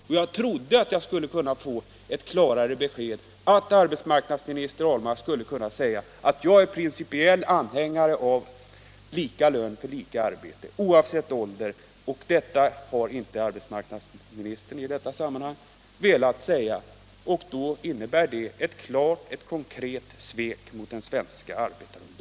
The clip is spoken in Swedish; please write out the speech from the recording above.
Och jag trodde att arbetsmarknadsminister Ahlmark skulle kunna ge det klara beskedet: ”Jag är principiellt anhängare av principen lika lön för lika arbete oavsett ålder.” Det har inte arbetsmarknadsministern velat säga. Det innebär ett konkret svek mot den svenska arbetarungdomen.